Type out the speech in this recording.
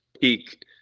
peak